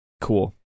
cool